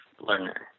learner